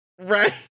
Right